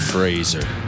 Fraser